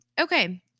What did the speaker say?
okay